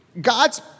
God's